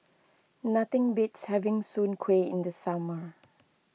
nothing beats having Soon Kuih in the summer